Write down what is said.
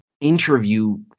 interview